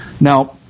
Now